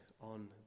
on